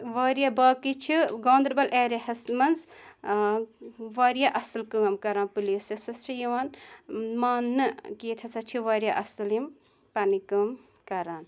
واریاہ باقٕے چھِ گاندَربَل ایریا ہَس منٛز واریاہ اَصٕل کٲم کَران پُلیٖسَس ہَسا چھِ یِوان ماننہٕ کہِ ییٚتہِ ہَسا چھِ واریاہ اَصٕل یِم پَنٕنۍ کٲم کَران